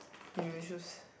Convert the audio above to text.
unusuals